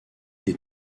des